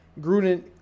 Gruden